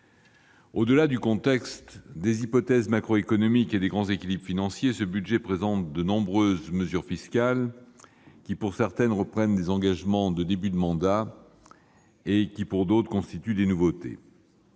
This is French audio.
Au-delà du contexte, des hypothèses macroéconomiques et des grands équilibres financiers, ce projet de budget présente de nombreuses mesures fiscales qui, pour certaines, reprennent des engagements de début de mandat, et, pour d'autres, constituent des nouveautés.